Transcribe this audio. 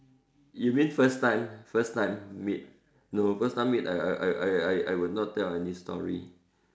you mean first time first time meet no first time meet I I I will not tell any story